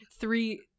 three